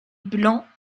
blancs